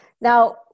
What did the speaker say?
Now